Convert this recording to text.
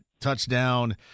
touchdown